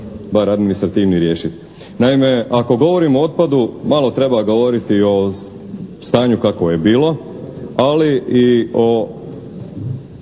bar administrativni, riješiti. Naime, ako govorimo o otpadu malo treba govoriti i o stanju kakvo je bilo, ali i o